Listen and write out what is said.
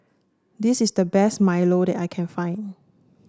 this is the best Milo that I can find